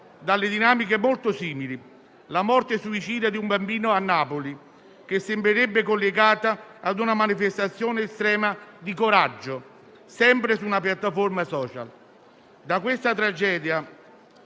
dalle dinamiche molto simili. La morte suicida di un bambino a Napoli che sembrerebbe collegata ad una manifestazione estrema di coraggio, sempre su una piattaforma *social*. Da questa tragedia